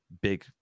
big